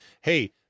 Hey